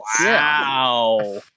wow